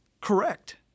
Correct